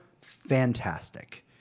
Fantastic